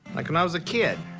like, when i was a kid,